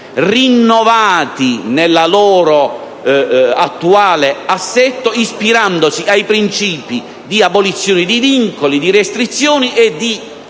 rinnovati nel loro attuale assetto, ispirandosi ai principi di abolizione di vincoli e di restrizioni e